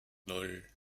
nan